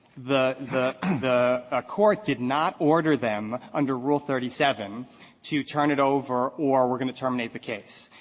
the the the ah court did not order them under rule thirty seven to turn it over or we're going to terminate the case.